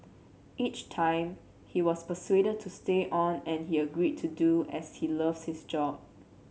each time he was persuaded to stay on and he agreed to do as he loves his job